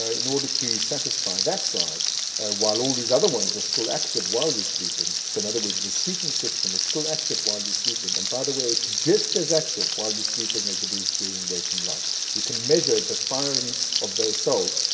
ah in order to satisfy that drive while all these other ones are still active while you're sleeping, so in other words, the seeking system is still active while you're sleeping and by the way, it's just as active while you're sleeping as it is during waking life you can measure the firing of those cells,